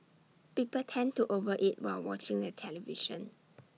people tend to over eat while watching the television